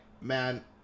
man